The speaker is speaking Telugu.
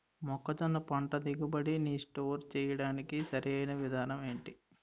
మొక్కజొన్న పంట దిగుబడి నీ స్టోర్ చేయడానికి సరియైన విధానం ఎంటి?